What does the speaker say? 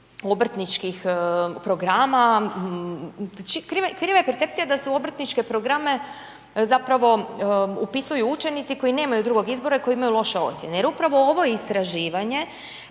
obrtničkih programa, kriva je percepcija da se u obrtničke programe zapravo upisuju učenici koji nemaju drugog izbora i koji imaju loše ocjene jer upravo ovo istraživanje